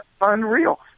unreal